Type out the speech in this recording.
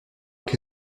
que